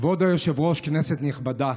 כבוד היושב-ראש, כנסת נכבדה,